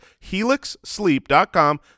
helixsleep.com